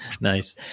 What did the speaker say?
nice